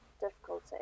difficulty